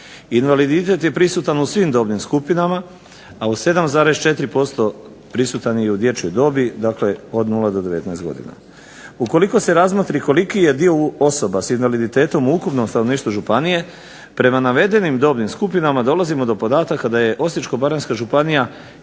Invaliditet je prisutan u svim dobnim skupinama, a u 7,4% prisutan je i u dječjoj dobi dakle od 0 do 19 godina. Ukoliko se razmotri koliki je dio osobe sa invaliditetom u ukupnom stanovništvu županije prema navedenim dobnim skupinama dolazimo do podataka da je Osječko-baranjska županija